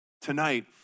tonight